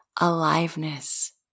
aliveness